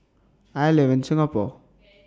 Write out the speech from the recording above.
I live in Singapore